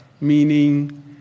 meaning